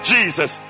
Jesus